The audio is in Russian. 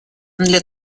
для